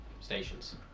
stations